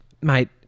mate